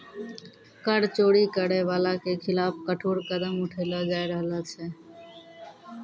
कर चोरी करै बाला के खिलाफ कठोर कदम उठैलो जाय रहलो छै